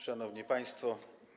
Szanowni Państwo!